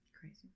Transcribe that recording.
Crazy